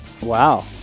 Wow